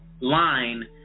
line